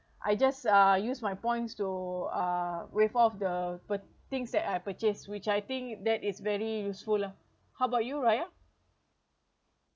I just uh use my points to uh waive off the pur~ things that I purchase which I think that is very useful lah how about you raya